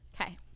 okay